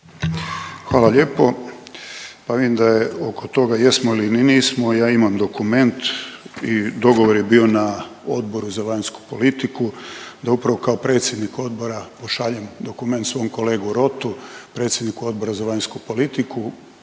Hvala lijepo. Pa vidim da je oko toga jesmo li ili nismo, ja imam dokument i dogovor je bio na Odboru za vanjsku politiku da upravo kao predsjednik odbora pošaljem dokument svom kolegu Rotu, predsjedniku Odbora za vanjsku politiku